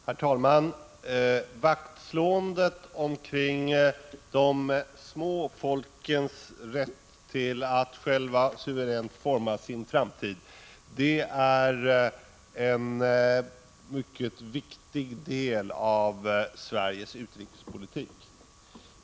Herr talman! Vaktslåendet kring de små folkens rätt att själva suveränt forma sin framtid är en mycket viktig del av Sveriges utrikespolitik.